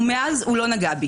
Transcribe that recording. ומאז הוא לא נגע בי.